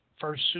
first